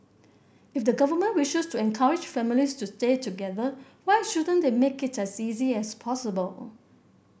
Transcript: if the government wishes to encourage families to stay together why shouldn't they make it as easy as possible